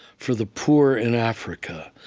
for the poor in africa,